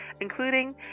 including